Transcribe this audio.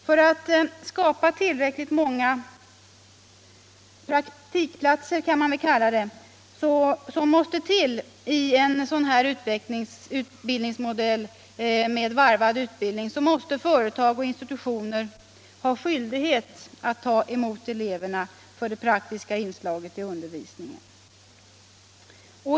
För att skapa tillräckligt många sådana ”praktikplatser”, som måste till i en utbildningsmodell med s.k. varvad utbildning, måste företag och institutioner ha skyldighet att ta emot eleverna för det praktiska inslaget i undervisningen.